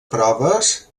proves